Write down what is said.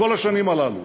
כל השנים הללו,